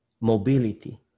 mobility